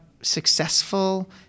successful